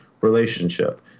relationship